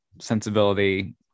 sensibility